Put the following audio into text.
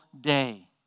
day